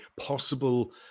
possible